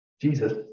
Jesus